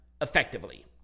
effectively